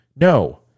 No